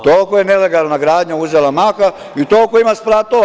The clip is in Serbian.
Toliko je nelegalna gradnja uzela maha i toliko ima spratova.